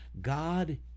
God